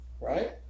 right